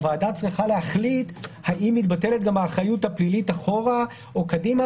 הוועדה צריכה להחליט האם מתבטלת גם האחריות הפלילית אחורה או קדימה.